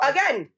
Again